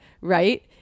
right